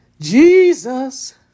Jesus